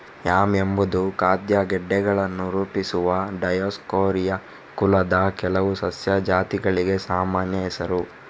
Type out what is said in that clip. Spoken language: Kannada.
ಯಾಮ್ ಎಂಬುದು ಖಾದ್ಯ ಗೆಡ್ಡೆಗಳನ್ನು ರೂಪಿಸುವ ಡಯೋಸ್ಕೋರಿಯಾ ಕುಲದ ಕೆಲವು ಸಸ್ಯ ಜಾತಿಗಳಿಗೆ ಸಾಮಾನ್ಯ ಹೆಸರು